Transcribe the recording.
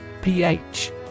pH